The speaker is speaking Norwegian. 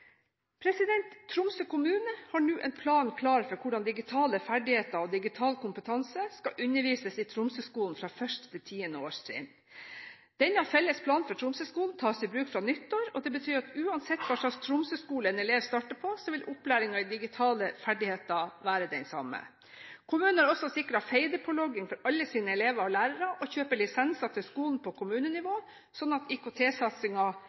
meningsfylt. Tromsø kommune har nå en plan klar for hvordan digitale ferdigheter og digital kompetanse skal undervises i Tromsø-skolen fra 1.–10. årstrinn. Denne felles planen for Tromsø-skolen tas i bruk fra nyttår, og det betyr at uansett hvilken Tromsø-skole en elev starter på, vil opplæringen i digitale ferdigheter være den samme. Kommunen har også sikret Feide-pålogging for alle sine elever og lærere, og kjøper lisenser til skolen på kommunenivå, sånn at